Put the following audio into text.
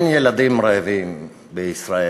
שאמר: אין ילדים רעבים בישראל.